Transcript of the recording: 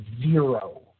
zero